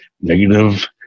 Negative